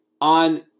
on